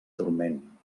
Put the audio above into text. turment